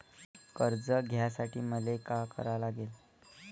कर्ज घ्यासाठी मले का करा लागन?